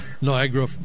Niagara